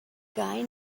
guy